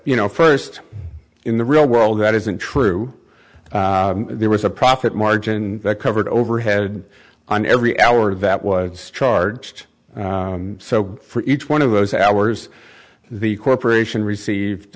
you know first in the real world that isn't true there was a profit margin that covered overhead on every hour that was charged so for each one of those hours the corporation received